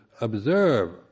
observe